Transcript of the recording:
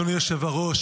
אדוני היושב-ראש,